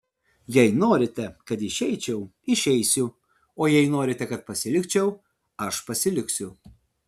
jei norite kad išeičiau išeisiu o jei norite kad pasilikčiau aš pasiliksiu